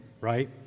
right